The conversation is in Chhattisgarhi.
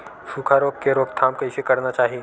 सुखा रोग के रोकथाम कइसे करना चाही?